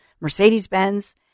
Mercedes-Benz